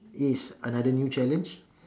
is another new challenge